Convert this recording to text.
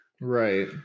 Right